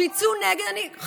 שיצאו נגד מעוז.